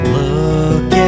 look